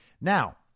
now